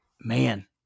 Man